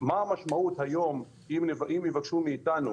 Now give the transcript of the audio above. מה המשמעות היום אם יבקשו מאתנו